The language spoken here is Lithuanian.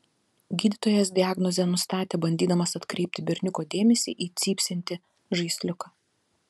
gydytojas diagnozę nustatė bandydamas atkreipti berniuko dėmesį į cypsintį žaisliuką